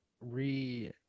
re